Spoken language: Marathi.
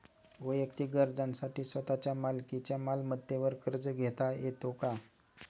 वैयक्तिक गरजांसाठी स्वतःच्या मालकीच्या मालमत्तेवर कर्ज घेता येतो का?